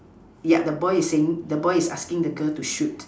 yeah the boy is saying the boy is asking the girl to shoot